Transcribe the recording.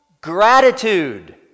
gratitude